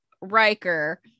Riker